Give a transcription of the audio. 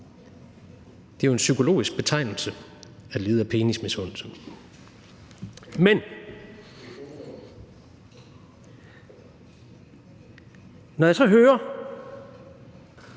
Det er jo en psykologisk betegnelse at lide af penismisundelse. Men når jeg så hører